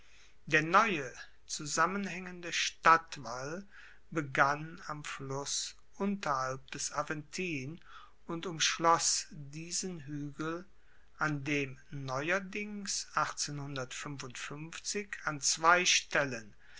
der neue zusammenhaengende stadtwall begann am fluss unterhalb des aventin und umschloss diesen huegel an dem neuerdings an zwei stellen